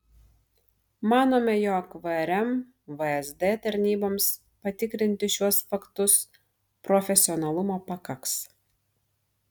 manome jog vrm vsd tarnyboms patikrinti šiuos faktus profesionalumo pakaks